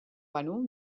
banu